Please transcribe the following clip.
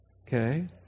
Okay